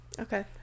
okay